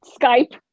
Skype